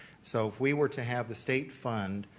so if we were to have the state fund,